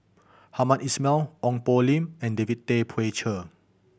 Hamed Ismail Ong Poh Lim and David Tay Poey Cher